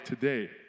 today